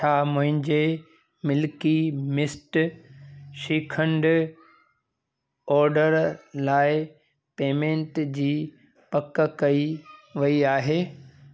छा मुंहिंजे Milky Mist shrikhand order लाइ पेमेंट जी पक कई वई आहे